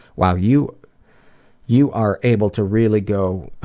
wow you you are able to really go